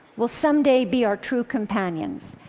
will someday be our true companions.